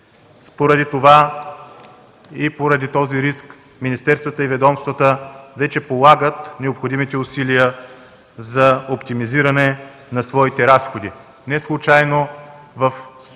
Поради това и поради този риск министерствата и ведомствата вече полагат необходимите усилия за оптимизиране на своите разходи. Неслучайно в спешния